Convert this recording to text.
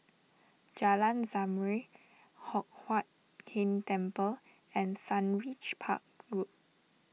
Jalan Zamrud Hock Huat Keng Temple and Sundridge Park Road